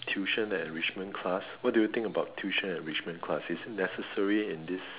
tuition and enrichment class what do you think about tuition and enrichment class is it necessary in this